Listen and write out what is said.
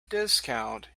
discount